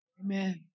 Amen